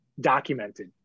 documented